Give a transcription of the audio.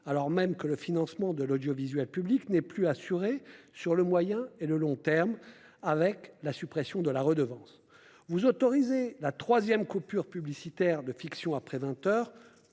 alors même que le financement de l'audiovisuel public n'est plus assuré sur le moyen et le long terme du fait de la suppression de la redevance. Vous autorisez la troisième coupure publicitaire des fictions après vingt heures,